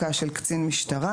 ההרחקה של קצין משטרה: